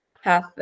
half